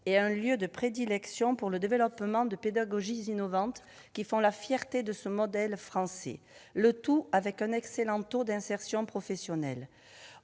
est un lieu de prédilection pour le développement de pédagogies innovantes qui font la fierté de ce modèle français. Enfin, il offre un excellent taux d'insertion professionnelle.